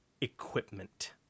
equipment